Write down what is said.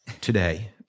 today